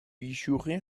بیشوخی